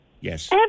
Yes